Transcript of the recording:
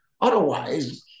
otherwise